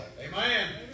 Amen